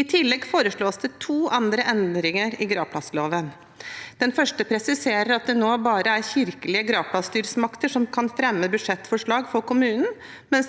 I tillegg foreslås det to andre endringer i gravplassloven. Den første presiserer at det nå bare er kirkelige gravplassmyndigheter som kan fremme budsjettforslag for kommunen.